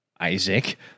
Isaac